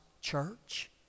church